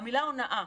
המילה "הונאה".